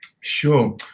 Sure